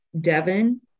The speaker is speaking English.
Devon